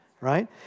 Right